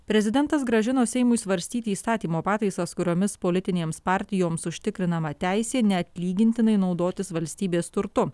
prezidentas grąžino seimui svarstyti įstatymo pataisas kuriomis politinėms partijoms užtikrinama teisė neatlygintinai naudotis valstybės turtu